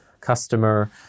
customer